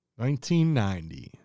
1990